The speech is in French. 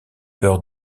peur